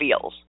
feels